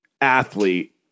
athlete